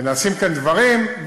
ונעשים כאן דברים,